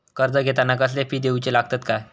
कर्ज घेताना कसले फी दिऊचे लागतत काय?